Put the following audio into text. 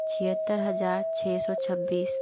छिहत्तर हज़ार छः सौ छब्बीस